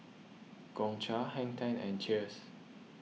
Gongcha Hang ten and Cheers